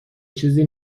چیزی